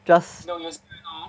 just